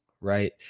right